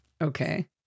Okay